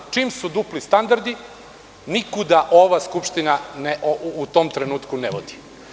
Čim su dupli standardi nikuda ova skupština u tom trenutku ne vodi.